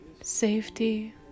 safety